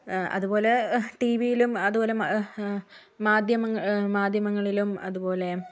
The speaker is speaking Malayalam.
അതുപോലെ ടിവിയിലും അതുപോലെ മാധ്യമ മാധ്യമങ്ങളിലും അതുപോലെ